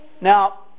Now